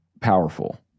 powerful